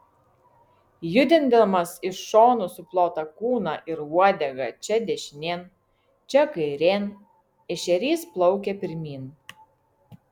judindamas iš šonų suplotą kūną ir uodegą čia dešinėn čia kairėn ešerys plaukia pirmyn